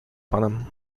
panem